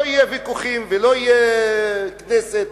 לא יהיו ויכוחים ולא תהיה כנסת,